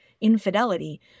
infidelity